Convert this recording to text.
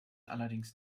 allerdings